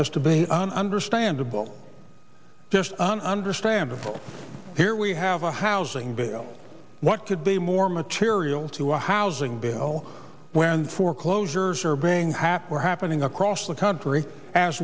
arcane as to be an understandable just an understandable here we have a housing bill what could be more material to a housing bill when foreclosures are being half were happening across the country as